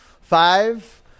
Five